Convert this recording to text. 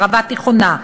ערבה תיכונה,